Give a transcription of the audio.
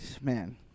Man